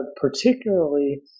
particularly